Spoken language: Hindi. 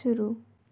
शुरू